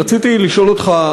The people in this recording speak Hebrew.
רציתי לשאול אותך,